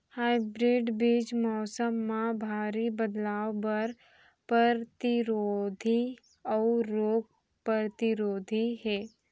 hybrid बीज मौसम मा भारी बदलाव बर परतिरोधी अऊ रोग परतिरोधी हे